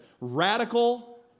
radical